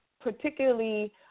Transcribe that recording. particularly